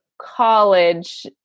college